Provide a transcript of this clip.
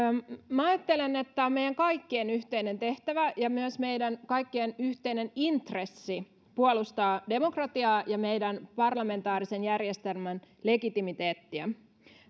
minä ajattelen että meidän kaikkien yhteinen tehtävä ja myös meidän kaikkien yhteinen intressi on puolustaa demokratiaa ja meidän parlamentaarisen järjestelmän legitimiteettiä